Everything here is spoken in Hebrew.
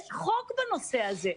יש חוק בנושא הזה.